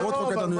ועוד חוק יעבור.